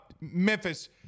Memphis